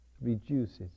reduces